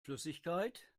flüssigkeit